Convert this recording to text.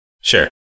Sure